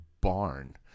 barn